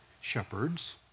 Shepherds